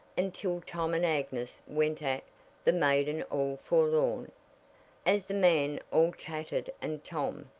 until tom and agnes went at the maiden all forlorn. as the man all tattered and tom,